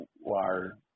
wire